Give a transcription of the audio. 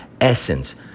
essence